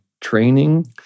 training